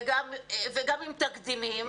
וגם עם תקדימים.